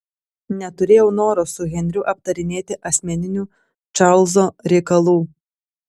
neturėjau noro su henriu aptarinėti asmeninių čarlzo reikalų